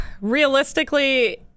realistically